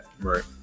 right